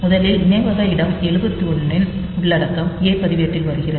முதலில் நினைவக இடம் 78 ன் உள்ளடக்கம் A பதிவேட்டில் வருகிறது